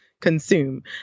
consume